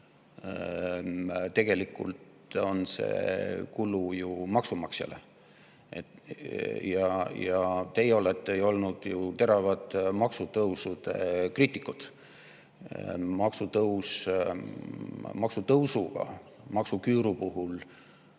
tegelikult kulu maksumaksjale. Ja teie olete olnud ju teravad maksutõusude kriitikud. Maksutõusuga maksuküüru puhul